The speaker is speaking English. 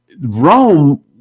Rome